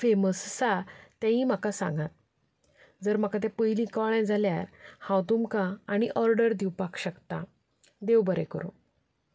famous आसा तेंवूय म्हाका सांगात जर म्हाका तें पयलीं कळ्ळें जाल्यार हांव तुमकां आनी ऑर्डर दिवपाक शकतां देव बरें करूं